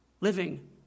living